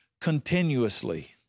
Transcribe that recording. continuously